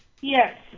Yes